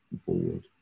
forward